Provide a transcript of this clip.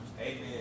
Amen